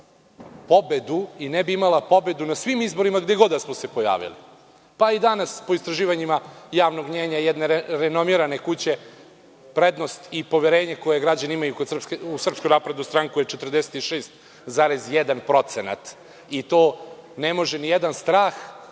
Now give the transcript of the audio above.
pobedu i ne bi imala pobedu na svim izborima gde god da smo se pojavili. I danas po istraživanjima javnog mnjenja jedne renomirane kuće prednost i poverenje koje građani imaju u SNS je 46,1%. To ne može nijedan strah,